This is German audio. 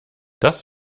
das